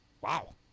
Wow